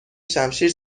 شمشیر